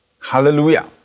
Hallelujah